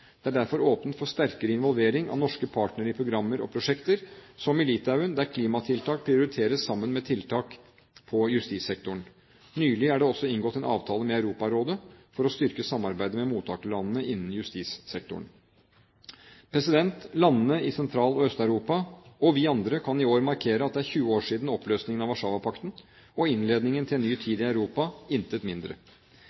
Det er derfor åpnet for sterkere involvering av norske partnere i programmer og prosjekter, som i Litauen, der klimatiltak prioriteres sammen med tiltak på justissektoren. Nylig er det også inngått en avtale med Europarådet for å styrke samarbeidet med mottakerlandene innen justissektoren. Landene i Sentral- og Øst-Europa og vi andre kan i år markere at det er 20 år siden oppløsningen av Warszawa-pakten og innledningen til en ny